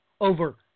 over